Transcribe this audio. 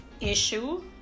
issue